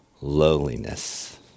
lowliness